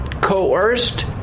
coerced